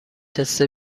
تست